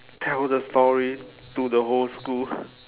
tell the story to the whole school